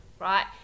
right